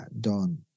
done